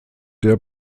der